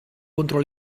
contro